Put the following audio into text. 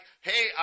hey